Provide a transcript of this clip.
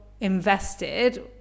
invested